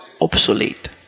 obsolete